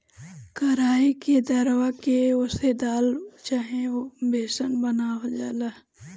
कराई के दरवा के ओसे दाल चाहे ओकर बेसन बनावल जाला